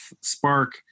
Spark